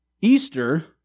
Easter